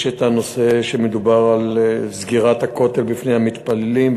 יש הנושא שבו מדובר על סגירת הכותל בפני המפללים,